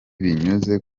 binyuze